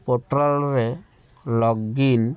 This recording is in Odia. ପୋର୍ଟାଲ୍ରେ ଲଗ୍ଇନ୍